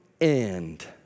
end